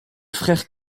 frère